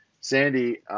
Sandy